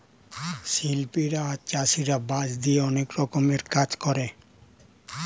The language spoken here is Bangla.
শিল্পীরা আর চাষীরা বাঁশ দিয়ে অনেক রকমের কাজ করে